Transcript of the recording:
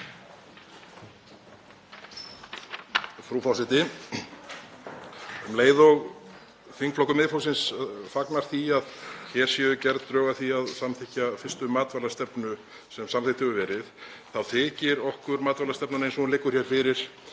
Frú forseti. Um leið og þingflokkur Miðflokksins fagnar því að hér séu gerð drög að því að samþykkja fyrstu matvælastefnu sem samþykkt hefur verið þá þykir okkur matvælastefnan eins og hún liggur hér fyrir